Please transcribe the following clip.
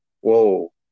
Whoa